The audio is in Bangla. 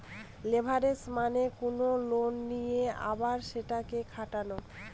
লেভারেজ মানে কোনো লোন নিয়ে আবার সেটাকে খাটানো